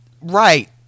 Right